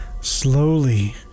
Slowly